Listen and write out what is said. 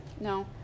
no